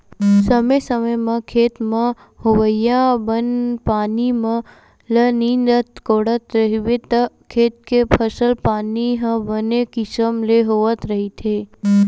समे समे म खेत म होवइया बन पानी मन ल नींदत कोड़त रहिबे त खेत के फसल पानी ह बने किसम के होवत रहिथे